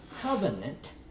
covenant